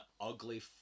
ugly